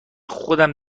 خودم